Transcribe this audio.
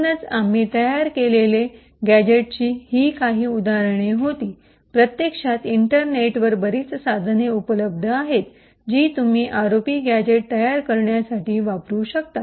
म्हणूनच आम्ही तयार केलेली गॅझेटची ही काही उदाहरणे होती प्रत्यक्षात इंटरनेटवर बरीच साधने उपलब्ध आहेत जी तुम्ही आरओपी गॅझेट तयार करण्यासाठी वापरू शकता